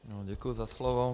Děkuju za slovo.